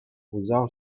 усал